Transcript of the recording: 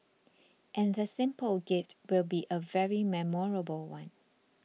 and the simple gift will be a very memorable one